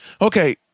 Okay